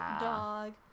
dog